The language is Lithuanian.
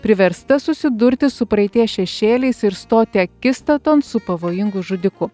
priversta susidurti su praeities šešėliais ir stoti akistaton su pavojingu žudiku